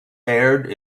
aired